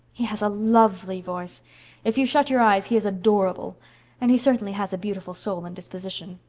he has a lovely voice if you shut your eyes he is adorable and he certainly has a beautiful soul and disposition.